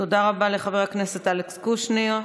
תודה רבה לחבר הכנסת אלכס קושניר.